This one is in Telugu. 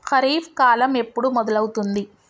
ఖరీఫ్ కాలం ఎప్పుడు మొదలవుతుంది?